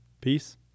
Peace